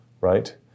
right